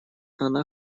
она